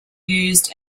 used